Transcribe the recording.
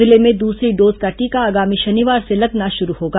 जिले में दूसरे डोज का टीका आगामी शनिवार से लगना शुरू होगा